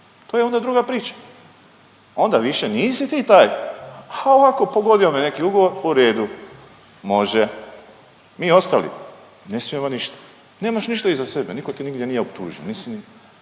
to je onda druga priča, onda više nisi ti taj. A ovako pogodio me neki ugovor, u redu, može. Mi ostali ne smijemo ništa. Nemaš ništa iza sebe, nitko te nigdje nije optužio.